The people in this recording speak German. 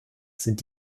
sind